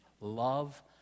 love